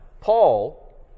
Paul